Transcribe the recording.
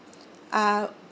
uh